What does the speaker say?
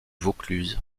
vaucluse